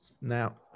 Now